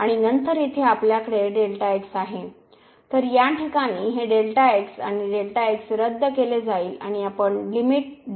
तर या प्रकरणात हे Δx आणि Δx रद्द केले जाईल आणि आपण घेत आहोत